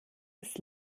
das